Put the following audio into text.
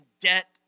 debt